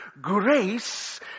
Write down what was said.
Grace